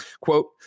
quote